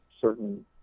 certain